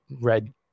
red